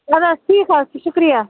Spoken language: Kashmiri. اد حظ ٹھیٖک حظ چھُ شُکریہ